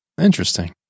Interesting